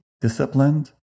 disciplined